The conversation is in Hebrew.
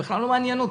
בכלל לא מעניין אותי.